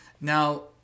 now